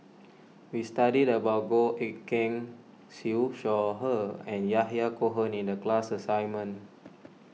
we studied about Goh Eck Kheng Siew Shaw Her and Yahya Cohen in the class assignment